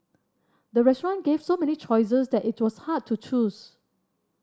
the restaurant gave so many choices that it was hard to choose